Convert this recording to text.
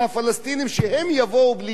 שהם יבואו בלי תנאים מוקדמים.